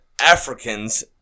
Africans